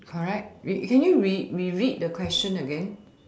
correct re~ can you re~ re~ read the question again